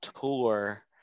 tour